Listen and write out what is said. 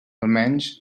almenys